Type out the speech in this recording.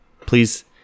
please